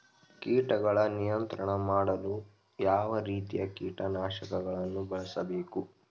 ಕೀಟಗಳ ನಿಯಂತ್ರಣ ಮಾಡಲು ಯಾವ ರೀತಿಯ ಕೀಟನಾಶಕಗಳನ್ನು ಬಳಸಬೇಕು?